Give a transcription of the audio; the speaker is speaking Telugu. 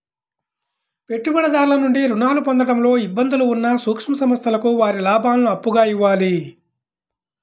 పెట్టుబడిదారుల నుండి రుణాలు పొందడంలో ఇబ్బందులు ఉన్న సూక్ష్మ సంస్థలకు వారి లాభాలను అప్పుగా ఇవ్వాలి